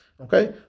Okay